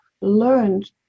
learned